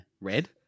Red